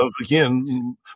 again